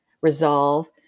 resolve